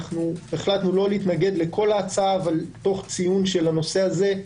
החלטנו לא להתנגד לכל ההצעה אבל תוך ציון הנושא הזה.